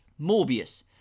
Morbius